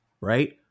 Right